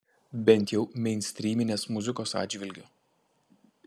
bent jau meinstryminės muzikos atžvilgiu